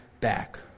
back